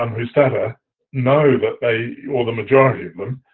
um who stutter know that they, or the majority of them,